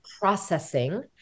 processing